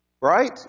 Right